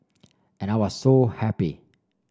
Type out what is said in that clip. and I was so happy